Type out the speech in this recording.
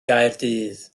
gaerdydd